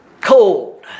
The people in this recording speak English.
cold